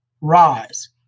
rise